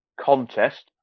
contest